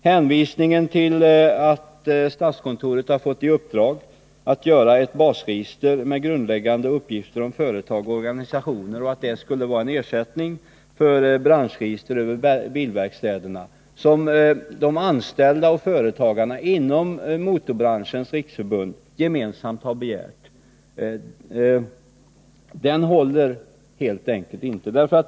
Hänvisningen till att statskontoret har fått i uppdrag att upprätta ett basregister med grundläggande uppgifter om företag och organisationer och att det skulle vara en ersättning för det branschregister över bilverkstäderna som de anställda och företagarna inom Motorbranschens riksförbund gemensamt har begärt håller helt enkelt inte.